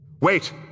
Wait